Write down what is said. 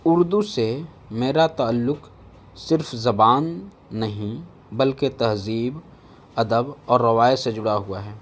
اردو سے میرا تعلق صرف زبان نہیں بلکہ تہذیب ادب اور روایت سے جڑا ہوا ہے